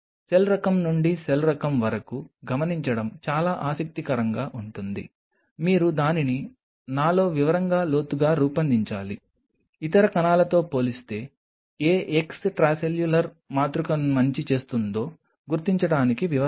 cell రకం నుండి cell రకం వరకు గమనించడం చాలా ఆసక్తికరంగా ఉంటుంది మీరు దానిని నాలో వివరంగా లోతుగా రూపొందించాలి ఇతర కణాలతో పోలిస్తే ఏ ఎక్స్ట్రాసెల్యులర్ మాతృక మంచి చేస్తుందో గుర్తించడానికి వివరాలు